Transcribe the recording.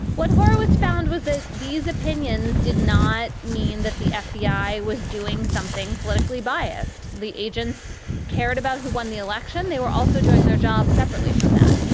what horowitz found was that these opinions did not mean that the fbi was doing something politically biased. the agents cared about who won the election. they were also doing their job separately from that.